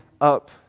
up